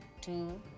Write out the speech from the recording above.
two